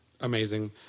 Amazing